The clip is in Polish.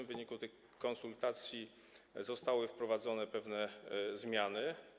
W wyniku tych konsultacji zostały wprowadzone pewne zmiany.